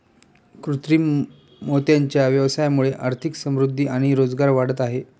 कृत्रिम मोत्यांच्या व्यवसायामुळे आर्थिक समृद्धि आणि रोजगार वाढत आहे